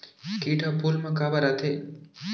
किट ह फूल मा काबर आथे?